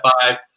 five